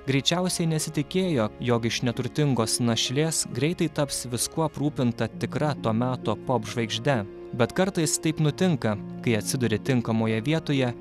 greičiausiai nesitikėjo jog iš neturtingos našlės greitai taps viskuo aprūpinta tikra to meto pop žvaigžde bet kartais taip nutinka kai atsiduri tinkamoje vietoje